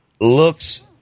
looks